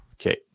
Okay